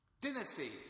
Dynasty